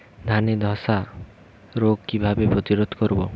ধানে ধ্বসা রোগ কিভাবে প্রতিরোধ করব?